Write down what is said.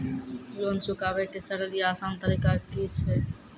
Loan चुकाबै के सरल या आसान तरीका की अछि?